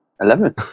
Eleven